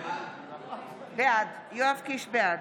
בעד גלעד קריב,